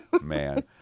man